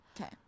Okay